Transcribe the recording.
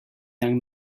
young